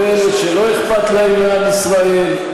ואלה שלא אכפת להם מעם ישראל,